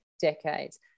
decades